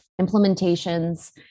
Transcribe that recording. implementations